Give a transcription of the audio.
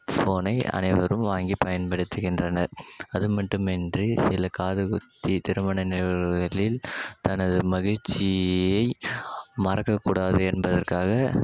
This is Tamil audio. ஃபோனை அனைவரும் வாங்கிப் பயன்படுத்துகின்றனர் அது மட்டுமின்றி சில காதுகுத்து திருமண நிகழ்வுகளில் தனது மகிழ்ச்சியை மறக்கக் கூடாது என்பதற்காக